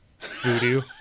voodoo